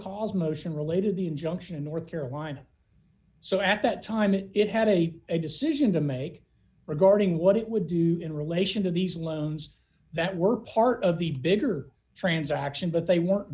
cause motion related the injunction in north carolina so at that time it had a decision to make regarding what it would do in relation to these loans that were part of the bigger transaction but they were